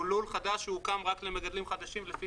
שהוא לול חדש שהוקם רק למגדלים חדשים לפי